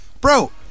bro